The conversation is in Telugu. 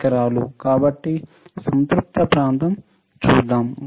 కాబట్టి సంతృప్త ప్రాంతం చూద్దాం